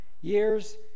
years